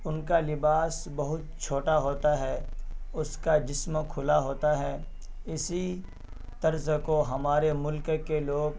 ان کا لباس بہت چھوٹا ہوتا ہے اس کا جسم کھلا ہوتا ہے اسی طرز کو ہمارے ملک کے لوگ